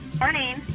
Morning